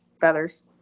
feathers